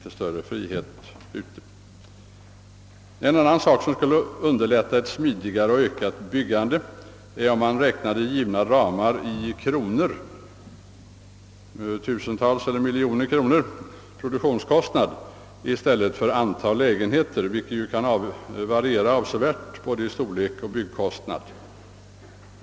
En annan sak, som skulle underlätta ett smidigare och ökat byggande, är om man räknade givna ramar i kronor, tusentals eller miljoner kronor, alltså i produktionskostnad i stället för i antal lägenheter. De sistnämnda kan ju variera avsevärt i storlek och byggkostnad.